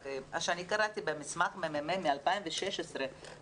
רק ממה שאני קראתי במסמך של מרכז המידע והמחקר של